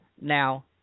Now